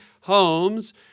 homes